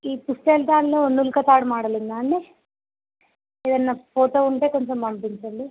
ఈ పుస్తెల తాడులో నులక తాడు మోడల్ ఉందా అండి ఏదైన ఫోటో ఉంటే కొంచెం పంపించండి